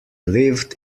lived